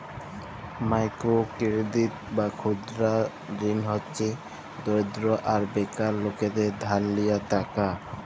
micro credit বা ক্ষুদা ঋল হছে দরিদ্র আর বেকার লকদের ধার লিয়া টাকা